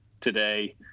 today